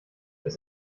das